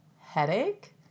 headache